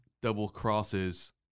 double-crosses